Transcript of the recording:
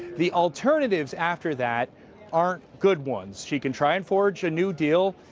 the alternatives after that aren't good ones. she can try and forge a new deal.